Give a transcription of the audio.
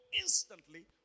instantly